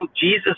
Jesus